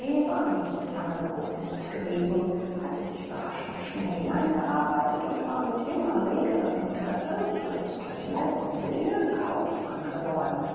war nicht lange kopist gewesen hatte sich überraschend schnell hineingearbeitet und war mit immer regerem interesse zuletzt mit leib und seele kaufmann geworden